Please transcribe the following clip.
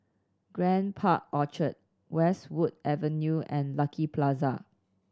Grand Park Orchard Westwood Avenue and Lucky Plaza